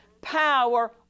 power